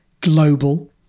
global